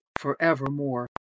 forevermore